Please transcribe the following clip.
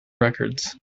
records